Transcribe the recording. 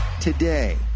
today